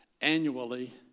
annually